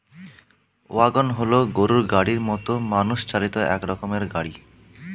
wagon হল গরুর গাড়ির মতো মানুষ চালিত এক রকমের গাড়ি